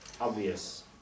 obvious